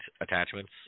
attachments